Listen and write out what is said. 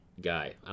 Guy